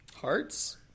Hearts